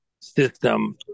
system